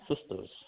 Sisters